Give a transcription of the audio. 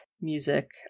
music